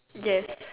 yes